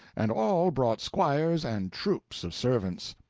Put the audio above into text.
and all brought squires and troops of servants.